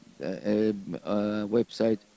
website